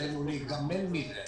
עלינו להיגמל מזה.